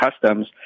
Customs